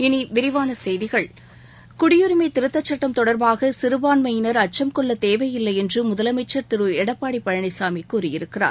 இனி விரிவான செய்திகள் குடியரிமை திருத்த சுட்டம் தொடர்பாக சிறுபான்மையினர் அச்சும் கொள்ளத் தேவையில்லை என்று தமிழக முதலமைச்சர் திரு எடப்பாடி பழனிசாமி கூறியிருக்கிறார்